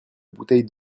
bouteille